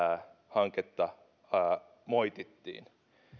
hanketta moitittiin